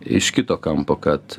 iš kito kampo kad